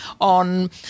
on